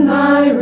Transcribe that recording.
Thy